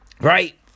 right